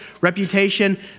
reputation